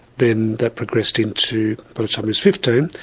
then that progressed into by the time he was fifteen,